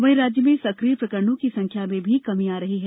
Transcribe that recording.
वहीं राज्य में सकिय प्रकरणों की संख्या में भी कमी आ रही है